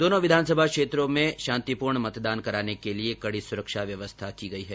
दोनो विधानसभा निर्वाचन क्षेत्रों में शांतिपूर्ण मतदान कराने के लिये कड़ी सुरक्षा व्यवस्था की गई है